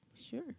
Sure